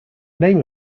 name